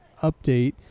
update